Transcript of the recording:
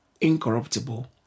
incorruptible